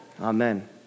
Amen